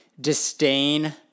disdain